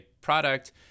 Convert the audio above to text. product